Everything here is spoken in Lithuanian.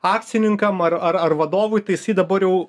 akcininkam ar ar ar vadovui tai jisai dabar jau